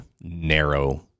narrow